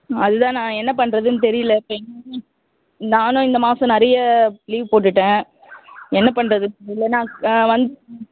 அதுதான் நான் என்ன பண்ணுறதுன்னு தெரியல இப்போ நானும் இந்த மாதம் நிறைய லீவ் போட்டுட்டேன் என்ன பண்ணுறது தெரியலை நான் வந்துடுறேன்